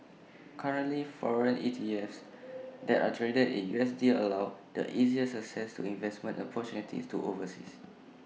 currently foreign E T E F S that are traded in U S D allow the easiest access to investment opportunities overseas